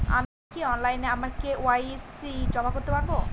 আমি কি অনলাইন আমার কে.ওয়াই.সি জমা করতে পারব?